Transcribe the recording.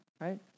right